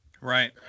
Right